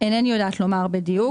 אינני יודעת לומר בדיוק.